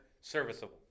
serviceable